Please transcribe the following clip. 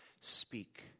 speak